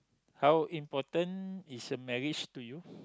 how important is a marriage to you